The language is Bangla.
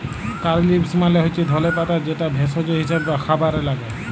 কারী লিভস মালে হচ্যে ধলে পাতা যেটা ভেষজ হিসেবে খাবারে লাগ্যে